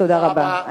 תודה רבה.